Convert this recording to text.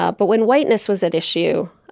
ah but when whiteness was at issue,